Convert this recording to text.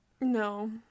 No